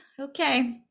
Okay